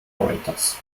operators